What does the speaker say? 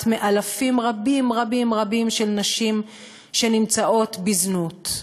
מאלפים רבים רבים רבים של נשים שנמצאות בזנות,